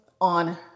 on